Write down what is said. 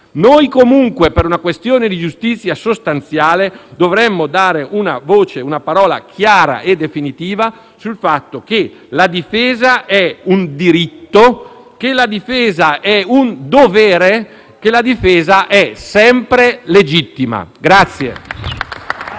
noi comunque, per una questione di giustizia sostanziale, dovremmo dire una parola chiara e definitiva sul fatto che la difesa è un diritto, che la difesa è un dovere, che la difesa è sempre legittima.